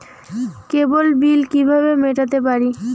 কেবল bill কিভাবে মেটাতে পারি?